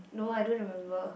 no I don't remember